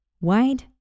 Wide